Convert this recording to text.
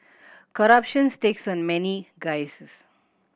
corruptions takes on many guises